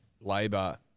labour